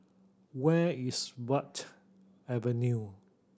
where is Verde Avenue